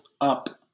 up